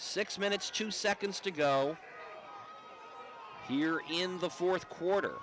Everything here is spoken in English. six minutes two seconds to go here in the fourth quarter